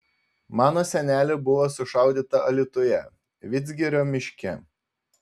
mano senelė buvo sušaudyta alytuje vidzgirio miške